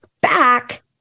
back